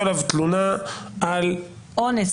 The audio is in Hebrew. שהגישו עליו תלונה על אונס.